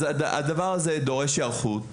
הדבר הזה דורש היערכות,